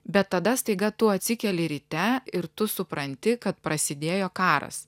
bet tada staiga tu atsikeli ryte ir tu supranti kad prasidėjo karas